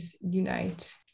unite